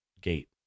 gate